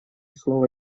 слово